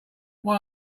why